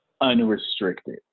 unrestricted